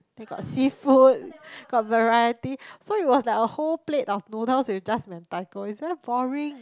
they got seafood got variety so it was like a whole plate of noodles with just Mentaiko its very boring